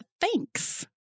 thanks